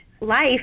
life